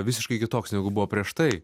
visiškai kitoks negu buvo prieš tai